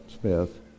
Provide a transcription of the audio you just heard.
Smith